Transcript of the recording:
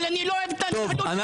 אבל אני לא אוהב את ההתבטאות --- אפרת,